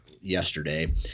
yesterday